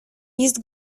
jest